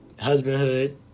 husbandhood